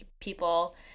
people